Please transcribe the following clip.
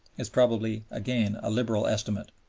is probably again a liberal estimate.